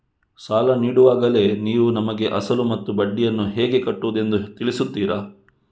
ಸಾಲ ನೀಡುವಾಗಲೇ ನೀವು ನಮಗೆ ಅಸಲು ಮತ್ತು ಬಡ್ಡಿಯನ್ನು ಹೇಗೆ ಕಟ್ಟುವುದು ಎಂದು ತಿಳಿಸುತ್ತೀರಾ?